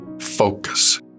focus